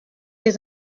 les